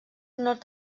nord